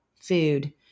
food